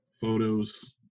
Photos